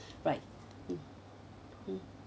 right mm mm